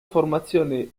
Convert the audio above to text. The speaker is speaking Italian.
formazione